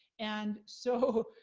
and so,